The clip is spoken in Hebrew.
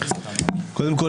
כל,